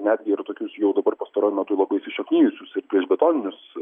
netgi ir tokius jau dabar pastaruoju metu labai įsišaknijusius ir priešbetoninius